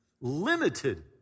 limited